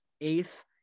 eighth